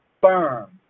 firm